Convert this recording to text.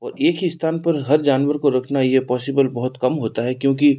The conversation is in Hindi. और एक ही स्थान पर हर जानवर को रखना यह पॉसिबल बहुत कम होता है क्योंकि